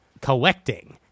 Collecting